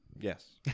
Yes